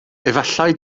efallai